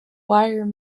wire